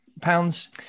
pounds